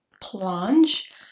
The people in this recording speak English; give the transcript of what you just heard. plunge